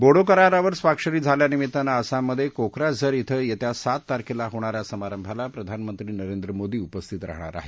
बोडो करारावर स्वाक्षरी झाल्यानिमित्त आसाममधे कोक्राझार श्विं येत्या सात तारखेला होणा या समारंभाला प्रधानमंत्री नरेंद्र मोदी उपस्थित राहणार आहेत